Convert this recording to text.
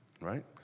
right